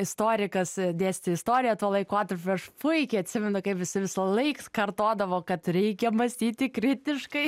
istorikas dėstė istoriją tuo laikotarpiu aš puikiai atsimenu kaip jisai visąlaik kartodavo kad reikia mąstyti kritiškai